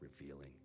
revealing